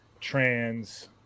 trans